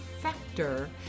factor